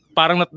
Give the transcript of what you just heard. parang